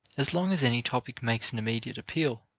as long as any topic makes an immediate appeal,